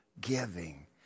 giving